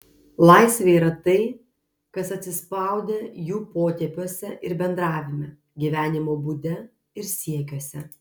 laisvė yra tai kas atsispaudę jų potėpiuose ir bendravime gyvenimo būde ir siekiuose